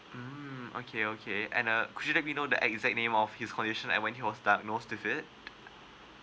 mm okay okay and uh could you let me know the exact name of his condition like when he was diagnosed with it